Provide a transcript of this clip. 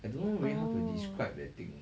oh